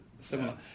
similar